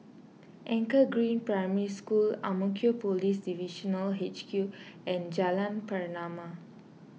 Anchor Green Primary School Ang Mo Kio Police Divisional H Q and Jalan Pernama